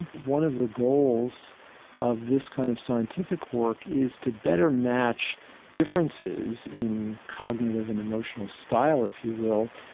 one of the goals of this kind of scientific work is to better match differences in cognitive and emotional style, if you will,